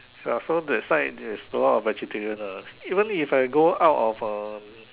ya so that side there's a lot of vegetarian lah even if I go out of uh